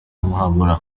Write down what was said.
muhabura